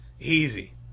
Easy